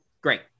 Great